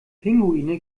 pinguine